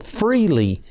freely